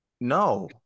no